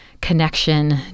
connection